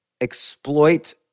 exploit